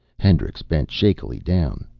hendricks bent shakily down.